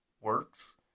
works